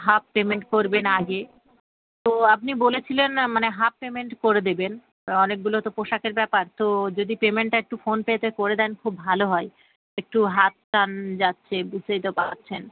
half payment করবেন আগে তো আপনি বলেছিলেন মানে হাফ পেমেন্ট করে দেবেন অনেকগুলো তো পোশাকের ব্যাপার তো যদি পেমেন্টটা একটু ফোনপেতে করে দেন খুব ভালো হয় একটু হাত টান যাচ্ছে বুঝতেই তো পারছেন